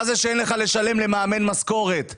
מה זה שאין לך לשלם משכורת למאמן,